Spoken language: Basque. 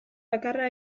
bakarra